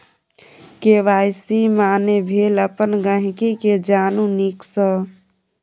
KYC माने भेल अपन गांहिकी केँ जानु नीक सँ